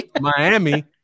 miami